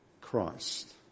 Christ